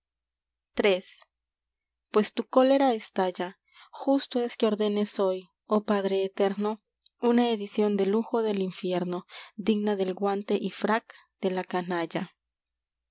ues tu cólera estalla justo una es que ordenes hoy oh padre eterno edición de lujo del infierno y digna del guante frac de la canalla